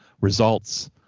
results